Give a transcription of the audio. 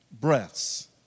breaths